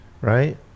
right